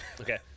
Okay